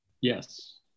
Yes